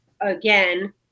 again